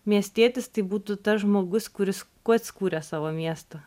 miestietis tai būtų tas žmogus kuris pats kūrė savo miestą